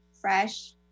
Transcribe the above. fresh